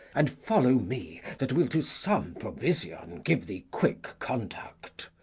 and follow me, that will to some provision give thee quick conduct.